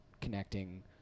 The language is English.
connecting